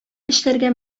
эшләргә